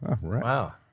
Wow